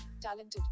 talented